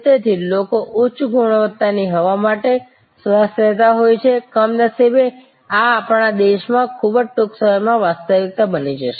તેથી લોકો ઉચ્ચ ગુણવત્તાની હવા માટે શ્વાસ લેતા હોય છે કમનસીબે આ આપણા દેશમાં ખૂબ જ ટૂંક સમયમાં વાસ્તવિકતા બની જશે